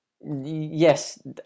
Yes